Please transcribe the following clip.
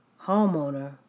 homeowner